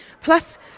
Plus